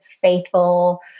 faithful